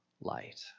light